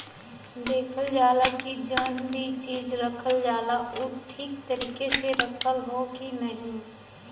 देखल जाला की जौन भी चीज रखल जाला उ ठीक तरीके से रखल हौ की नाही